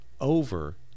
over